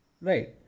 Right